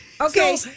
Okay